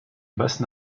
basse